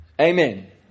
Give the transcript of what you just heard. Amen